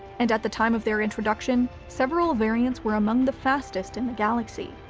and at the time of their introduction, several variants were among the fastest in the galaxy.